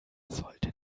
sollte